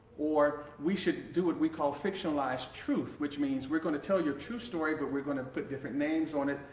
or we should do what we call fictionalized truth which means we're going to tell your true story but we're going to put different names on it.